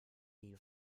die